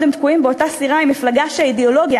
הם תקועים באותה הסירה עם מפלגה שהאידיאולוגיה,